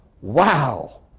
Wow